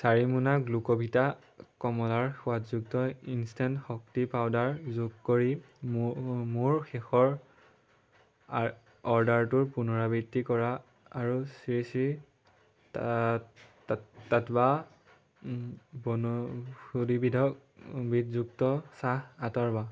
চাৰি মোনা গ্লুকোভিটা কমলাৰ সোৱাদযুক্ত ইনষ্টেণ্ট শক্তি পাউদাৰ যোগ কৰি মোৰ শেষৰ অৰ্ডাৰটোৰ পুনৰাবৃত্তি কৰা আৰু শ্ৰী শ্ৰী টাট্টাৱা বনৌষধিবিধক বনৌষধিযুক্ত চাহ আঁতৰোৱা